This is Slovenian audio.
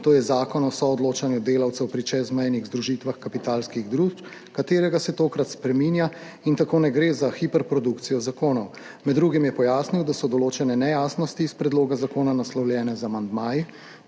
to je Zakon o soodločanju delavcev pri čezmejnih združitvah kapitalskih družb, ki se ga tokrat spreminja in tako ne gre za hiperprodukcijo zakonov. Med drugim je pojasnil, da so določene nejasnosti iz predloga zakona naslovljene z amandmaji,